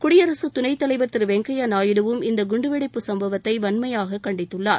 குடியரசுத் துணைத் தலைவர் திரு வெங்கையா நாயுடுவும் இந்த குண்டுவெடிப்புச் சம்பவத்தை வன்மையாகக் கண்டித்துள்ளார்